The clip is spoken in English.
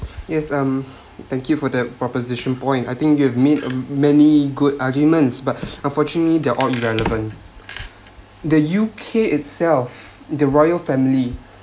yes um thank you for the proposition point I think you have made a many good arguments but unfortunately there are all irrelevant the U_K itself the royal family